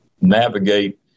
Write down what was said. navigate